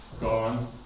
Gone